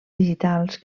digitals